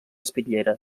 espitllera